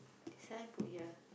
this one put here